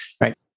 Right